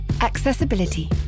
Accessibility